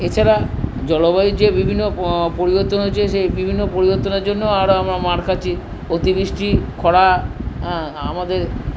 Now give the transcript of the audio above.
এছাড়া জলবায়ুর যে বিভিন্ন পরিবর্তন হচ্ছে সেই বিভিন্ন পরিবর্তনের জন্য মার খাচ্ছি অতিবৃষ্টি খরা আমাদের